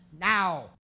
now